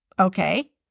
okay